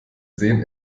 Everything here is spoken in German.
sehen